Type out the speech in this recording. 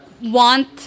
Want